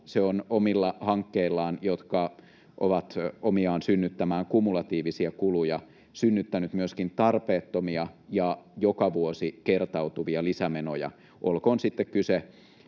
se on omilla hankkeillaan, jotka ovat omiaan synnyttämään kumulatiivisia kuluja, synnyttänyt myöskin tarpeettomia ja joka vuosi kertautuvia lisämenoja, olkoon sitten kyse